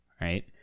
right